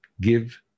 give